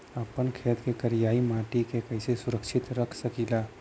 आपन खेत के करियाई माटी के कइसे सुरक्षित रख सकी ला?